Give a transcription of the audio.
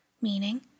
meaning